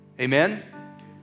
Amen